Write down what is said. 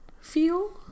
feel